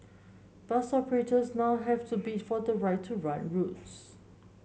bus operators now have to bid for the right to run routes